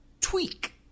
Tweak